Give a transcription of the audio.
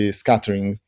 scattering